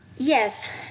Yes